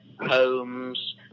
homes